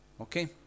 Okay